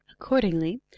Accordingly